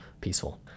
peaceful